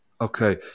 Okay